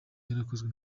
yarakozwe